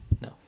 No